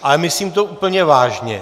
Ale myslím to úplně vážně.